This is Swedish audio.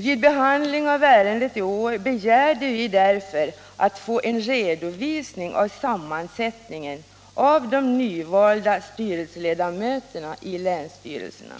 Vid behandlingen av ärendet i år begärde vi därför att få en redovisning av sammansättningen av de nyvalda styrelseledamöterna i länsstyrelserna.